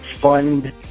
fund